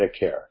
Medicare